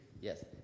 yes